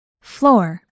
Floor